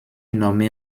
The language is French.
nommée